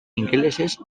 ingelesez